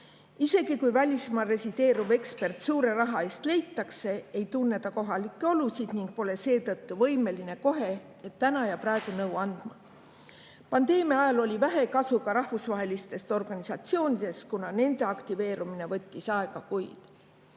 Isegi kui välismaal resideeriv ekspert suure raha eest leitakse, ei tunne ta kohalikke olusid ning pole seetõttu võimeline kohe, täna ja praegu nõu andma. Pandeemia ajal oli vähe kasu ka rahvusvahelistest organisatsioonidest, kuna nende aktiveerumine võttis aega kuid.